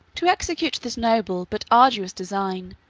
to execute this noble but arduous design,